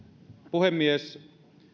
puhemies